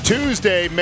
Tuesday